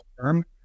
term